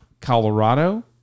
Colorado